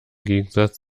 gegensatz